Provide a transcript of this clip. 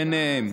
ביניהן.